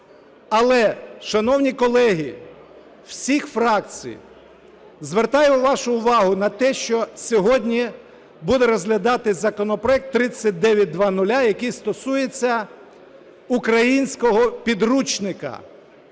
Але, шановні колеги всіх фракцій, звертаю вашу увагу на те, що сьогодні буде розглядатися законопроект 3900, який стосується українського підручника.